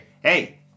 hey